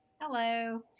hello